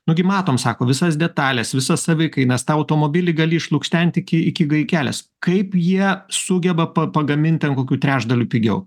nu gi matom sako visas detales visas savikainas tą automobilį gali išlukštenti iki iki gaikelės kaip jie sugeba pa pagamint ten kokiu trečdaliu pigiau